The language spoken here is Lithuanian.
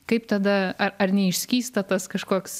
kaip tada ar ar neišskysta tas kažkoks